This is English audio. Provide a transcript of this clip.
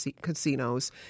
casinos